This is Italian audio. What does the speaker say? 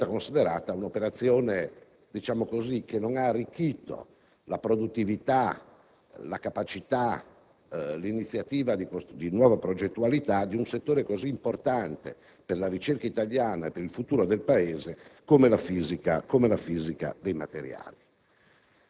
è stata considerata un'operazione che non ha arricchito la produttività, la capacità e l'iniziativa di nuova progettualità di un settore così importante per la ricerca italiana e per il futuro del Paese come la fisica dei materiali.